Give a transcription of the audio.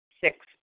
Six